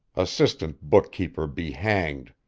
assistant bookkeeper be hanged!